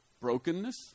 Brokenness